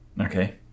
Okay